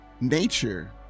nature